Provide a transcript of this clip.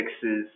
fixes